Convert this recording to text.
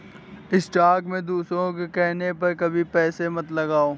stock में दूसरों के कहने पर कभी पैसे मत लगाओ